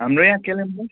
हाम्रो यहाँ कालिम्पोङ